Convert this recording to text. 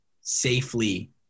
safely